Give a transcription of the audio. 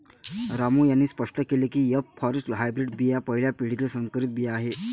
रामू यांनी स्पष्ट केले की एफ फॉरेस्ट हायब्रीड बिया पहिल्या पिढीतील संकरित बिया आहेत